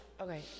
Okay